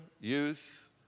youth